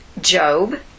Job